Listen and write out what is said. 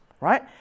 right